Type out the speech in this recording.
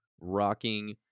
rocking